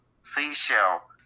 seashell